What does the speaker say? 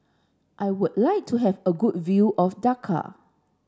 I would like to have a good view of Dakar